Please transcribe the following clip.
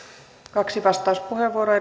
kaksi vastauspuheenvuoroa